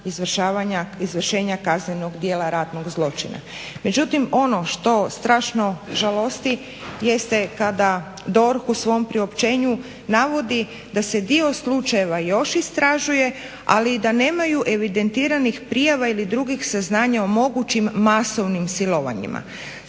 izvršenja kaznenog djela ratnog zločina. Međutim, ono što strašno žalosti jeste kada DORH u svome priopćenju navodi da se dio slučajeva još istražuje, ali i da nemaju evidentiranih prijava ili drugih saznanja o mogućim masovnim silovanjima.